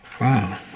Wow